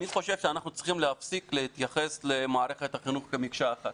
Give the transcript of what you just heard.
אני חושב שאנחנו צריכים להפסיק להתייחס למערכת החינוך כמקשה אחת.